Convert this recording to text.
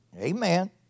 Amen